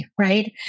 right